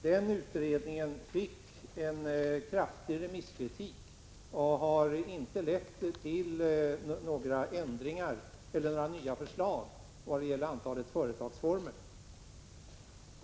Den utredningen fick en kraftig remisskritik och har inte lett till några ändringar eller några nya förslag när det gäller antalet företagsformer.